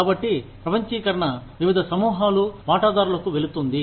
కాబట్టి ప్రపంచీకరణ వివిధ సమూహాలు వాటాదారులకు వెళుతుంది